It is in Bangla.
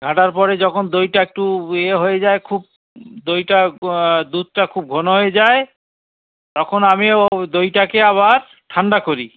ঘাঁটার পরে যখন দইটা একটু এ হয়ে যায় খুব দইটা দুধটা খুব ঘন হয়ে যায় তখন আমি ও দইটাকে আবার ঠাণ্ডা করি